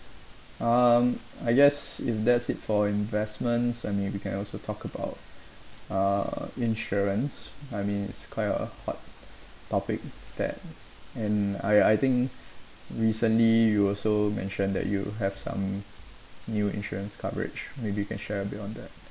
um I guess if that's it for investments and maybe we can also talk about uh insurance I mean it's quite a hot topic that and I I think recently you also mentioned that you have some new insurance coverage maybe you can share a bit on that